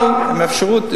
אבל עם אפשרות,